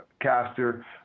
caster